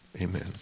Amen